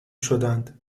شدند